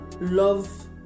love